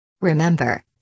Remember